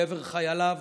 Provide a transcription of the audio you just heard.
לעבר חייליו,